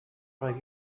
five